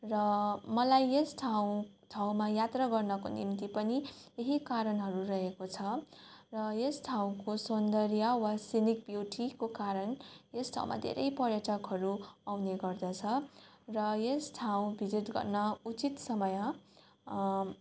र मलाई यस ठाउँ ठाउँमा यात्रा गर्नुको निम्ति पनि यही कारणहरू रहेको छ र यस ठाउँको सौन्दर्य वा सिनिक बिउटीको कारण यस ठाउँमा धेरै पर्यटकहरू आउने गर्दछ र यस ठाउँ भिजिट गर्न उचित समय